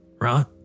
right